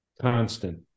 constant